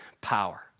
power